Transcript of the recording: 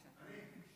אני.